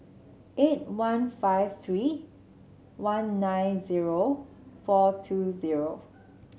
eight one five three one nine zero four two zero